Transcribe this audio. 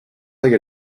like